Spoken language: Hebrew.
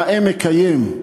נאה מקיים.